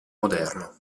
moderno